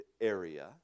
area